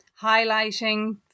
highlighting